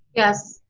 yes.